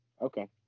Okay